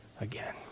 again